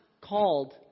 called